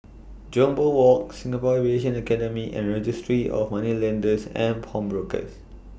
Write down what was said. Jambol Walk Singapore Aviation Academy and Registry of Moneylenders and Pawnbrokers